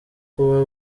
kuba